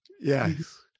yes